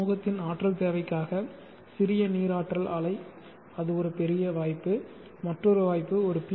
சமூகத்தின் ஆற்றல் தேவைக்காக சிறிய நீர் ஆற்றல் ஆலை அது ஒரு வாய்ப்பு மற்றொரு வாய்ப்பு ஒரு பி